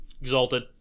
Exalted